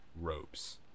ropes